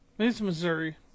Missouri